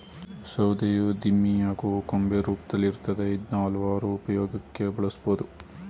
ಸೌಧೆಯು ದಿಮ್ಮಿ ಹಾಗೂ ಕೊಂಬೆ ರೂಪ್ದಲ್ಲಿರ್ತದೆ ಇದ್ನ ಹಲ್ವಾರು ಉಪ್ಯೋಗಕ್ಕೆ ಬಳುಸ್ಬೋದು